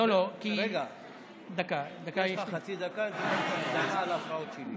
יש לך חצי דקה ועוד דקה על ההפרעות שלי.